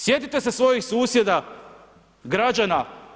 Sjetite se svojih susjeda, građana.